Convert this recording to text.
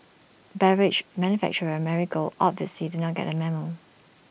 beverage manufacturer and Marigold obviously did not get the memo